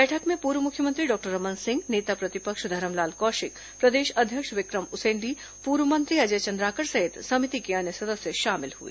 बैठक में पूर्व मुख्यमंत्री डॉक्टर रमन सिंह नेता प्रतिपक्ष धरमलाल कौशिक प्रदेश अध्यक्ष विक्रम उसेंडी पूर्व मंत्री अजय चंद्राकर सहित समिति के अन्य सदस्य शामिल हुए